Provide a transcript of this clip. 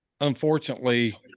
unfortunately